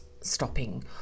stopping